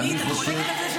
את חולקת על זה שזה מה שיש?